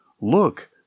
Look